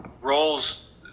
roles